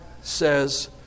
says